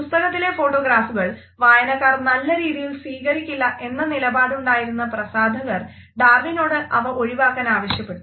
പുസ്തകത്തിലെ ഫോട്ടോഗ്രാഫുകൾ വായനക്കാർ നല്ല രീതിയിൽ സ്വീകരിക്കില്ല എന്ന നിലപാടുണ്ടായിരുന്ന പ്രസാധകർ ഡാർവിനോട് അവ ഒഴിവാക്കാൻ ആവശ്യപ്പെട്ടു